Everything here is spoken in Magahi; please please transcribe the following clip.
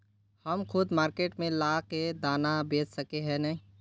हम खुद मार्केट में ला के दाना बेच सके है नय?